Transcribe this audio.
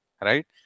right